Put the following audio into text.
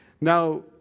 Now